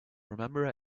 remember